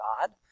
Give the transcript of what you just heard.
God